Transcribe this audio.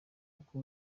uko